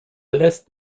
lässt